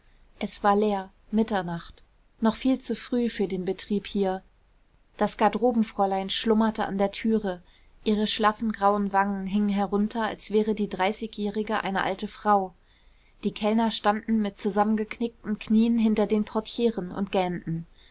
es war leer mitternacht noch viel zu früh für den betrieb hier das garderobenfräulein schlummerte an der türe ihre schlaffen grauen wangen hingen herunter als wäre die dreißigjährige eine alte frau die kellner standen mit zusammengeknickten knien hinter den portieren und gähnten